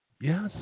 Yes